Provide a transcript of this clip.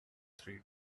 three